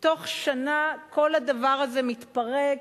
בתוך שנה כל הדבר הזה מתפרק,